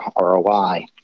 ROI